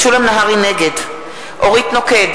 נגד אורית נוקד,